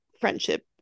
friendship